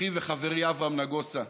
אחי וחברי אברהם נגוסה,